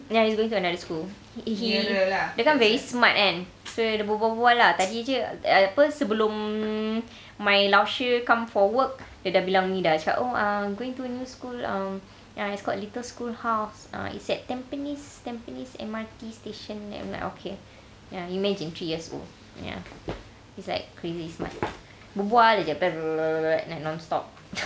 ya he's going to another school h~ he dia kan very smart kan so dia berbual-bual lah tadi jer uh apa sebelum my 老师 come for work dia dah bilang ni dah oh ah you're going to a new school um ya it's called little school house uh it's at tampines tampines M_R_T station and like okay ya imagine three years old ya he's like crazy smart berbual jer like nonstop